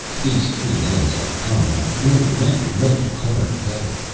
these three names are common and familiar in every nook and corner of heaven,